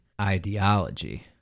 ideology